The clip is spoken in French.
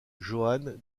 joan